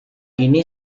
ini